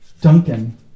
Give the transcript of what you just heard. Duncan